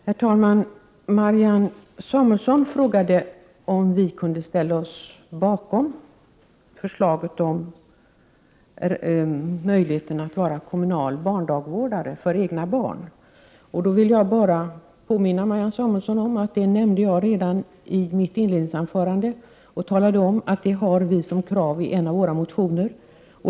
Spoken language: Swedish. Herr talman! Marianne Samuelsson frågade om vi i centerpartiet kunde ställa oss bakom förslaget om möjligheten att vara kommunal barndagvårdare för egna barn. Jag vill då bara påminna henne om att jag nämnde det redan i mitt inledningsanförande och talade om att vi har det som krav i en av våra motioner.